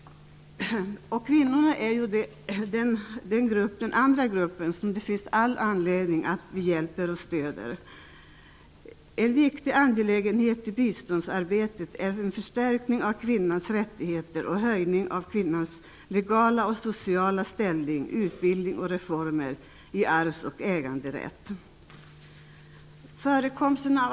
Kvinnorna är den andra grupp det finns all anledning att hjälpa och stödja. En viktig angelägenhet i biståndsarbetet är en förstärkning av kvinnans rättigheter och en höjning av kvinnans legala och sociala ställning genom utbildning och reformer i arvs och äganderätt.